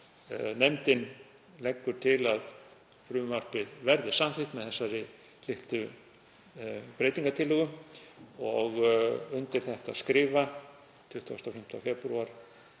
Nefndin leggur til að frumvarpið verði samþykkt með þeirri litlu breytingartillögu og undir þetta skrifa 25. febrúar